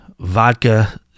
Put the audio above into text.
vodka